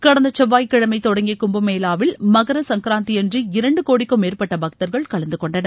கடந்த செவ்வாய்க்கிழமை தொடங்கிய கும்பமேளாவில் மகரசங்கராந்தியன்று இரண்டு கோடிக்கும் மேற்பட்ட பக்தர்கள் கலந்துகொண்டனர்